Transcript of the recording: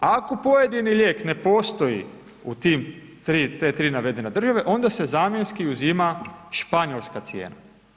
Ako pojedini lijek ne postoji u te tri navedene države, onda se zamjenski uzima Španjolska cijena.